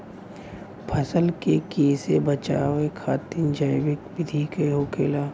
फसल के कियेसे बचाव खातिन जैविक विधि का होखेला?